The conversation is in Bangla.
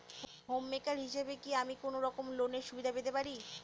হোম মেকার হিসেবে কি আমি কোনো রকম লোনের সুবিধা পেতে পারি?